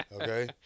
Okay